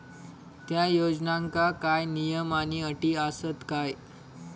त्या योजनांका काय नियम आणि अटी आसत काय?